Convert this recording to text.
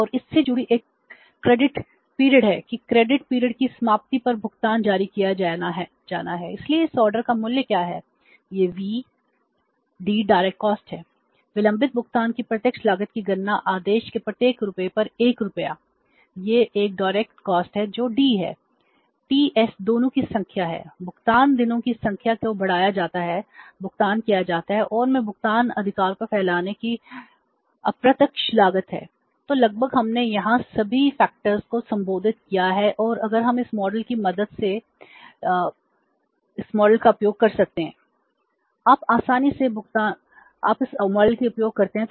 और इससे जुड़ी एक क्रेडिट अवधि की मदद से इस मॉडल का उपयोग करते हैं